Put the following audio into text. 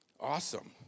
Awesome